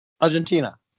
Argentina